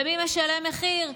ומי משלם מחיר?